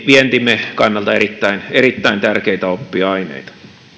vientimme kannalta erittäin erittäin tärkeitä oppiaineita